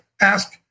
ask